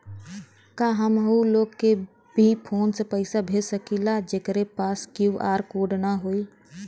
का हम ऊ लोग के भी फोन से पैसा भेज सकीला जेकरे पास क्यू.आर कोड न होई?